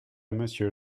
monsieur